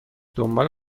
دنبال